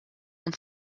und